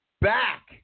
back